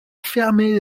fermer